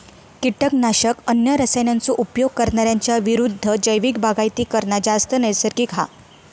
किटकनाशक, अन्य रसायनांचो उपयोग करणार्यांच्या विरुद्ध जैविक बागायती करना जास्त नैसर्गिक हा